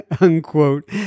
unquote